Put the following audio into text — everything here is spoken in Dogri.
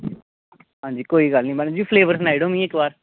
अंजी कोई गल्ल निं मैडम जी फ्लेवर सनाई ओड़ो मिगी इक्क बार